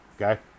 okay